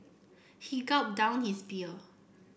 he gulped down his beer